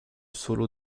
solo